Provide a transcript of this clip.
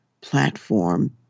platform